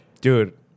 dude